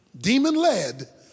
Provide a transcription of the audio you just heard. demon-led